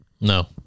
No